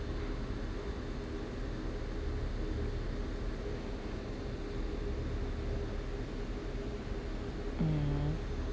mm